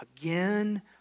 again